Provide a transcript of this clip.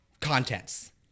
contents